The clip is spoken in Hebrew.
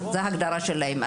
זה ההגדרה שלהם,